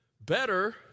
better